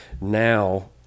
now